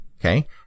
okay